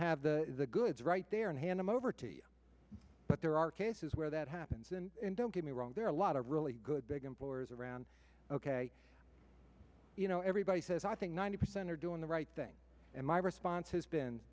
have the goods right there and hand him over to you but there are cases where that happens and don't get me wrong there are a lot of really good big employers around ok you know everybody says i think ninety percent are doing the right thing and my response has been